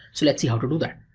so let's see how to do that.